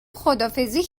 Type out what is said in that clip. خداحافظی